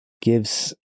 gives